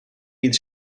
být